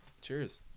Cheers